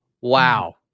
wow